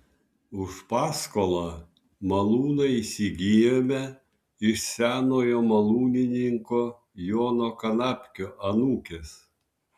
už paskolą malūną įsigijome iš senojo malūnininko jono kanapkio anūkės